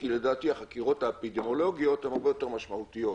כי לדעתי החקירות האפידמיולוגיות הן הרבה יותר משמעותיות,